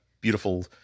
beautiful